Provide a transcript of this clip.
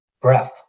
breath